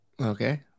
Okay